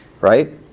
right